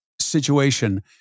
situation